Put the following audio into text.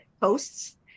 posts